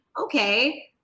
Okay